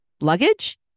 luggage